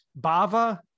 Bava